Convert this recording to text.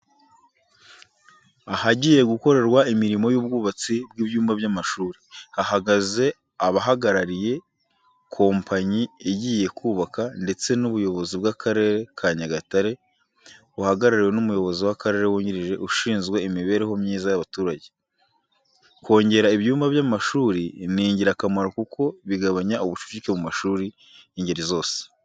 Ahagiye gukorerwa imirimo y'ubwubatsi bw'ibyumba by'amashuri, hahagaze abahagarariye kompanyi igihe kubaka ndetse n'ubuyobozi bw'akarere ka Nyagatare, buhagarariwe n'umuyobozi w'akarere wungirije ushinzwe imibereho myiza y'abaturage. Kongera ibyumba by'amashuri ni ingirakamaro kuko bigabanya ubucucike mu mashuri y'ingeri zose.